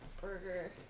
Burger